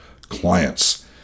clients